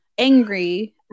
angry